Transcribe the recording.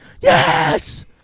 Yes